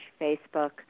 Facebook